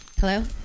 Hello